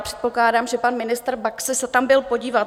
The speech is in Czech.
Předpokládám, že pan ministr Baxa se tam byl podívat.